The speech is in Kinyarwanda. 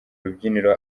rubyiniro